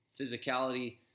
physicality